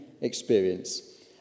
experience